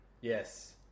Yes